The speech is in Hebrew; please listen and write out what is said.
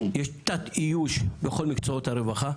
יש תת איוש בכל מקצועות הרווחה,